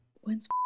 When's